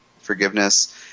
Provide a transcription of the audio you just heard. Forgiveness